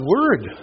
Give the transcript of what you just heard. Word